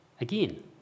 Again